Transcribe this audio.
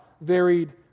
varied